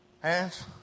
Hands